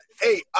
hey